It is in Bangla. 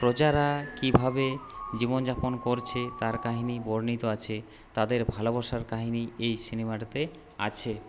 প্রজারা কীভাবে জীবনযাপন করছে তার কাহিনি বর্ণিত আছে তাদের ভালোবাসার কাহিনি এই সিনেমাটাতে আছে